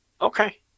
Okay